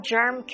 Germ